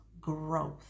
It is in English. growth